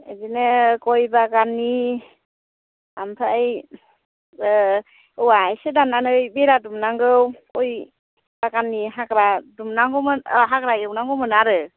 बिदिनो गय बागाननि ओमफ्राय औवा एसे दाननानै बेरा दुमनांगौ गय बागाननि हाग्रा दुमनांगौमोन हाग्रा एवनांगौमोन आरो